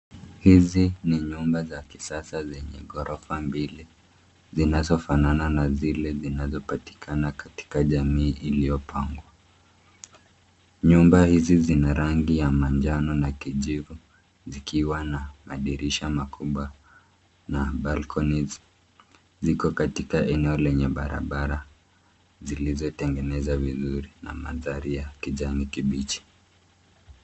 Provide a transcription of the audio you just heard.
Hizi ni nyumba za kisasa zenye ghorofa mbili zinazofanana na zile zinazopatikana katika jamii iliyopangwa. Nyumba hizi zina rangi ya manjano na kijivu zikiwa na dirisha makubwa na Balconies Ziko katika eneo lenye barabara zilizotengenezwa vizuri na madhari ya kijani kibichi.